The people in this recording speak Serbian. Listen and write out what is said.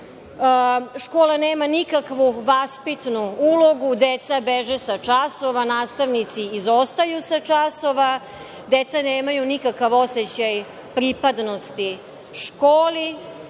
nema nikakvu vaspitnu ulogu. Deca beže sa časova. Nastavnici izostaju sa časova. Deca nemaju nikakav osećaj pripadnosti školi.